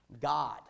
God